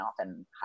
often